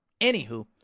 Anywho